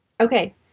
Okay